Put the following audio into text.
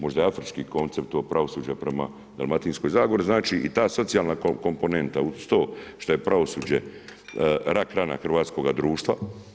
Možda je Afrički koncept ovog pravosuđa prema dalmatinskoj zagori i ta socijalna komponenta uz to što je pravosuđe rak rana hrvatskoga društva.